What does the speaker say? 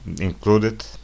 included